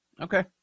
Okay